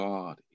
God